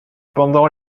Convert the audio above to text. pendant